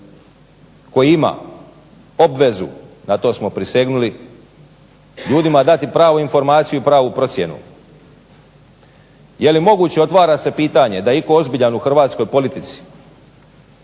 koji ima obvezu, na to smo prisegnuli, ljudima dati pravu informaciju i pravu procjenu. Jeli moguće otvara se pitanje da itko ozbiljan u hrvatskoj politici